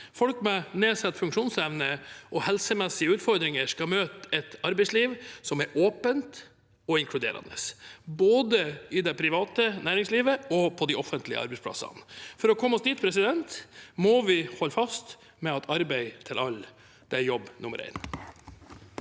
Folk med nedsatt funksjonsevne og helsemessige utfordringer skal møte et arbeidsliv som er åpent og inkluderende, både i det private næringslivet og på de offentlige arbeidsplassene. For å komme oss dit må vi holde fast ved at arbeid til alle er jobb nummer én.